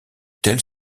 telle